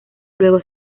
luego